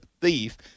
thief